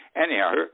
anyhow